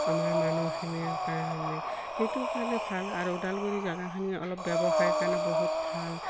আমাৰ মানুহখিনিৰ কাৰণে সেইটো কাৰণে ভাল আৰু ওদালগুৰি জেগাখিনি অলপ ব্যৱসায়ৰ কাৰণে বহুত ভাল